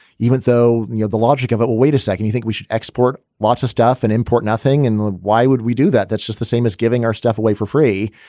even though you know the logic of it. wait a second. you think we should export lots of stuff and import nothing? and why would we do that? that's just the same as giving our stuff away for free.